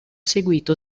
seguito